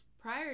prior